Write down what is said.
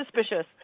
suspicious